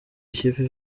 ikipe